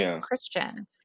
Christian